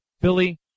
Billy